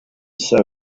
saw